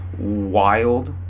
wild